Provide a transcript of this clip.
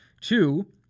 Two